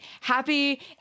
Happy